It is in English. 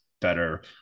better